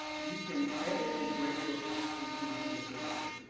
you can edit a great book into being a good book.